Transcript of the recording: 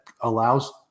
allows